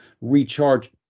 recharge